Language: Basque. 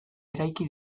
eraiki